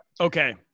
Okay